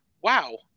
wow